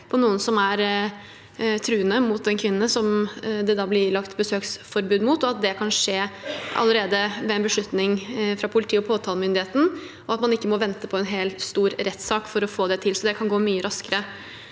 på noen som er truende mot en kvinne, og som det da blir ilagt besøksforbud mot. Det kan skje allerede ved en beslutning fra politiet og påtalemyndigheten. Man må ikke vente på en hel, stor rettssak for å få det til. Så det kan gå mye raskere.